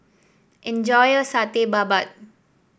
enjoy your Satay Babat